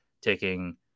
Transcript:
taking